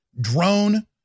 drone